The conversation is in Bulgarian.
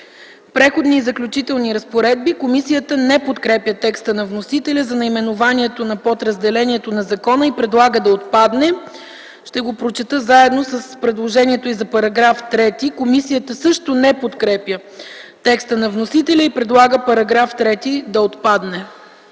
„Преходни и заключителни разпоредби”. Комисията не подкрепя текста на вносителя за наименованието на подразделението на закона и предлага да отпадне. Ще прочета и предложението за § 3: Комисията също не подкрепя текста на вносителя и предлага § 3 да отпадне.